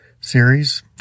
series